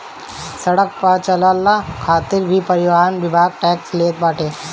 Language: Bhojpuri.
सड़क पअ चलला खातिर भी परिवहन विभाग टेक्स लेट बाटे